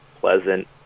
pleasant